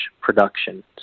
production